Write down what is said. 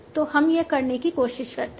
तो हम यह करने की कोशिश करते हैं